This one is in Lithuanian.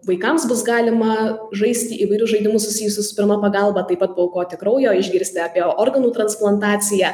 vaikams bus galima žaisti įvairius žaidimus susijusius su pirma pagalba taip pat paaukoti kraujo išgirsti apie organų transplantaciją